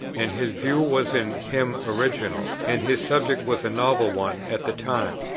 and his view was in him original, and his subject was a novel one at the time.